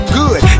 good